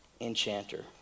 enchanter